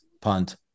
punt